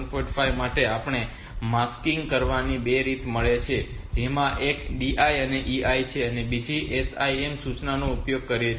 5 માટે આપણને આ માસ્કિંગ કરવાની બે રીત મળી છે જેમાં એક DI EI છે અને બીજી SIM સૂચનાનો ઉપયોગ કરીને છે